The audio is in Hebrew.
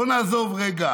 בוא נעזוב רגע